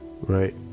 right